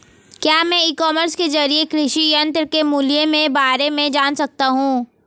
क्या मैं e commerce के ज़रिए कृषि यंत्र के मूल्य में बारे में जान सकता हूँ?